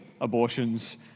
abortions